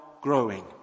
growing